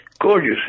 gorgeous